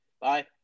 Bye